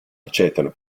accettano